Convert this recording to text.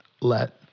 let